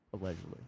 allegedly